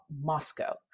Moscow